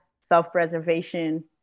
self-preservation